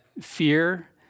fear